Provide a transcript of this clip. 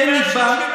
יש לנו 130,000,